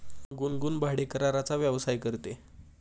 गुनगुन भाडेकराराचा व्यवसाय करते